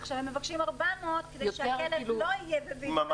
עכשיו הם מבקשים 401 כדי שהכלב לא יהיה בבידוד,